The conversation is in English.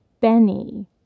Benny